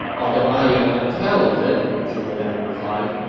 although i am untalented, zhuge liang replied,